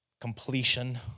completion